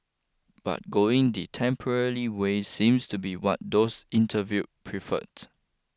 but going the temporarily way seems to be what those interview preferred